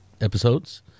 episodes